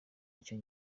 icyo